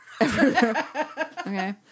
Okay